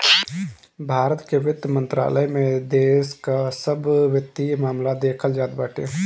भारत के वित्त मंत्रालय में देश कअ सब वित्तीय मामला देखल जात बाटे